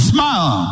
Smile